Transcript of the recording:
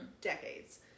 Decades